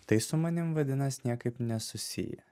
tai su manim vadinasi niekaip nesusiję